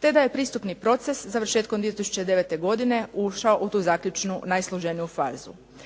te da je pristupni proces završetkom 2009. godine ušao u tu zaključnu, najsloženiju fazu.